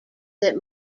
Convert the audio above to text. that